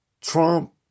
Trump